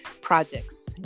projects